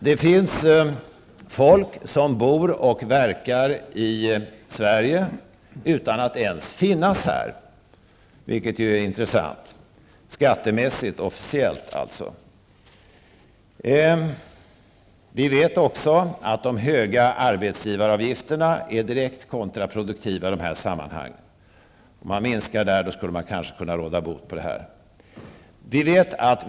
Det finns folk som bor och verkar i Sverige utan att ens -- skattemässigt och officiellt -- finnas här, vilket ju är intressant. De höga arbetsgivaravgifterna är direkt kontraproduktiva. Om de sänktes, skulle man kanske kunna komma till rätta med den här situationen.